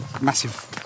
massive